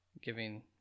giving